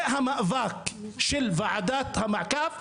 זה המאבק של ועדת המעקב,